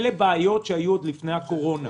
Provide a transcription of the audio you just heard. אלה בעיות שהיו עוד לפני הקורונה.